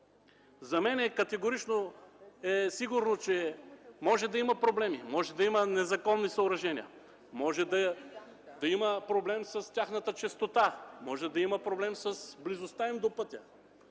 За мен е категорично сигурно, че може да има проблеми – да има незаконни съоръжения, да има проблем с тяхната честота, с близостта им до пътя,